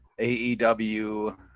AEW